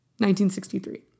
1963